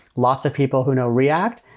lots of people who know react.